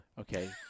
Okay